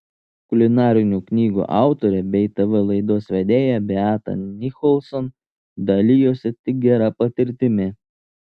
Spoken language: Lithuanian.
kulinarinių knygų autorė bei tv laidos vedėja beata nicholson dalijosi tik gera patirtimi